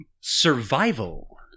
Survival